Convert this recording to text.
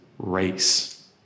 race